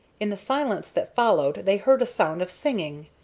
in the silence that followed they heard a sound of singing.